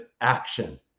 action